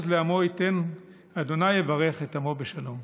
"ה' עוז לעמו יתן, ה' יברך את עמו בשלום".